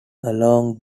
along